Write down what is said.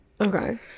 Okay